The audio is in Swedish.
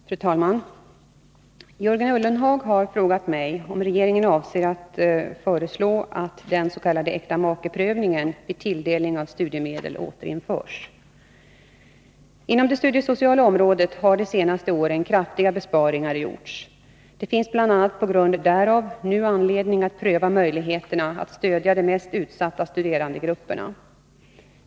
Fru talman! Jörgen Ullenhag har frågat mig om regeringen avser att föreslå att den s.k. äktamakeprövningen vid tilldelning av studiemedel återinförs. Inom det studiesociala området har de senaste åren kraftiga besparingar gjorts. Det finns bl.a. på grund därav nu anledning att pröva möjligheterna 49 att stödja de mest utsatta studerandegrupperna.